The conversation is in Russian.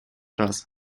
раз